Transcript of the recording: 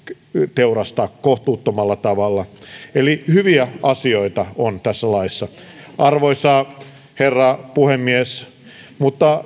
teurastaa kohtuuttomalla tavalla eli hyviä asioita on tässä laissa arvoisa herra puhemies mutta